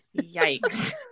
Yikes